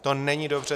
To není dobře.